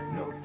no